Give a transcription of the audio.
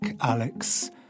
Alex